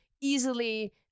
easily